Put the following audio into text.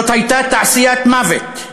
זאת הייתה תעשיית מוות,